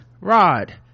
Rod